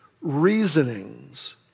reasonings